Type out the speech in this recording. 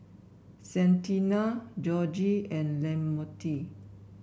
Santina Georgie and Lamonte